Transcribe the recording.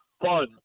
fun